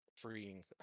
freeing